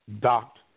docked